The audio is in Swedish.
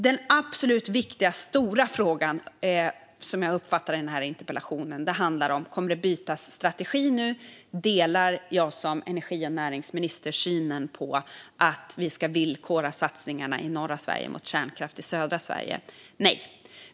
Den absolut viktigaste, stora frågan i denna interpellation, som jag uppfattar det, handlar om huruvida strategin nu kommer att bytas ut och om jag som energi och näringsminister delar synen att vi ska villkora satsningarna i norra Sverige med kärnkraft i södra Sverige. Nej.